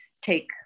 take